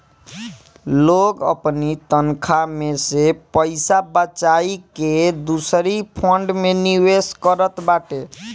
लोग अपनी तनखा में से पईसा बचाई के दूसरी फंड में निवेश करत बाटे